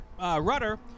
Rudder